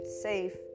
safe